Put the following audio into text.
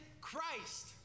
Christ